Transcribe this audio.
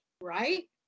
right